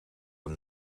een